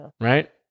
right